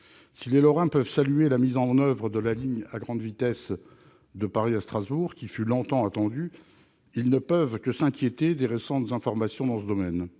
Si les Lorrains peuvent saluer la mise en oeuvre de la ligne à grande vitesse de Paris à Strasbourg, qui fut longtemps attendue, ils ne peuvent que s'inquiéter des récents développements intervenus dans le domaine